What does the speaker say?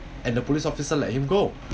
and the police officer let him go